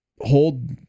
hold